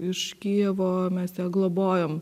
iš kijevo mes ją globojom